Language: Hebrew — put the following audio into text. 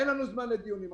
אין לנו זמן לדיונים.